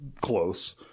close